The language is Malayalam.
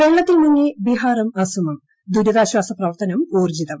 വെള്ളത്തിൽ മുങ്ങ്ി ബിഹാറും അസമും ദുരിതാശ്വാസ്കപ്പിവർത്തനം ഊർജ്ജിതം